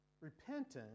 repentance